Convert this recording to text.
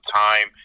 time